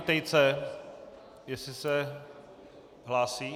Tejce, jestli se hlásí.